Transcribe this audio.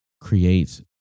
creates